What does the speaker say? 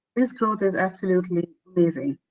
is kind of is absolutely amazing